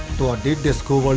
the disco.